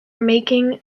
making